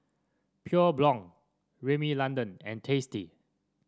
Pure Blonde Rimmel London and Tasty